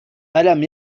ألم